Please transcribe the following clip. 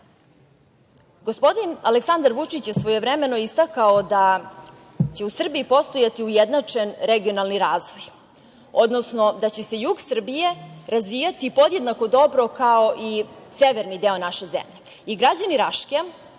virusa. Gospodin Aleksandar Vučić je svojevremeno istakao da će u Srbiji postojati ujednačen regionalni razvoj, odnosno da će se jug Srbije razvijati podjednako dobro kao i severni deo naše zemlje. Građani Raške